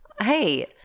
hey